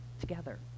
together